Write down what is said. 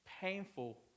painful